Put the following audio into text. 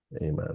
Amen